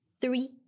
three